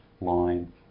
line